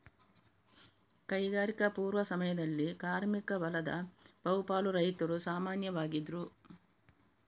ಕೈಗಾರಿಕಾ ಪೂರ್ವ ಸಮಯದಲ್ಲಿ ಕಾರ್ಮಿಕ ಬಲದ ಬಹು ಪಾಲು ರೈತರು ಸಾಮಾನ್ಯವಾಗಿದ್ರು